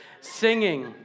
singing